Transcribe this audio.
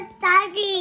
daddy